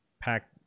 pack